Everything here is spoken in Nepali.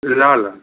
ल ल